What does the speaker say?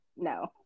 No